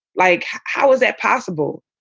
like, how is that possible?